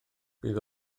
bydd